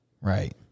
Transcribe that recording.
Right